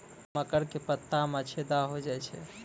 मकर के पत्ता मां छेदा हो जाए छै?